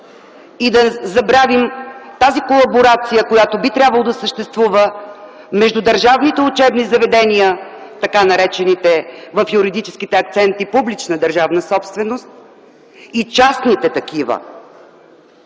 и да забравим тази колаборация, която би трябвало да съществува между държавните учебни заведения, така наречената в юридическите акценти публична държавна собственост, и частните такива?